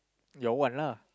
your one lah